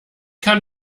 kann